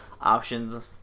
options